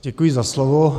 Děkuji za slovo.